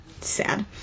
sad